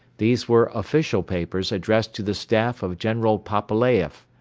these were official papers addressed to the staff of general pepelaieff.